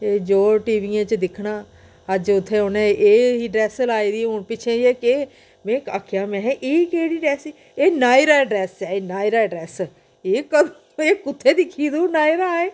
एह् जो टीवियें च दिक्खना अज्ज उत्थें उ'नें एह् ही ड्रैस लाई दी हून पिच्छें जेही केह् बे आक्खेआ महां एह् केह्ड़ी ड्रैस ऐ एह् नायरा ड्रैस ऐ एह् नायरा ड्रैस ऐ एह् कदूं एह् कुत्थें दिक्खी तूं नायरा एह्